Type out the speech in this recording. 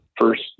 first